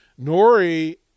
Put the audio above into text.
Nori